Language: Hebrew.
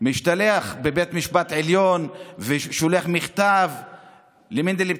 בבית משפט העליון ושולח מכתב למנדלבליט,